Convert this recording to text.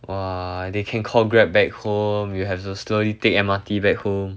!wah! they can call grab back home you have so slowly take M_R_T back home